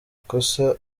kosa